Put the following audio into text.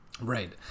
Right